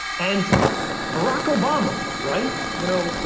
and barack obama, right. you know,